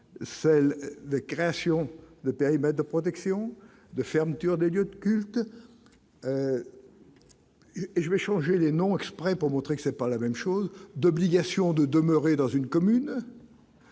celle de création, le périmètre de protection de fermeture des lieux de culte et je vais changer les noms exprès pour montrer que c'est pas la même chose d'obligation de demeurer dans une commune